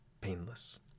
painless